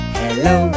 hello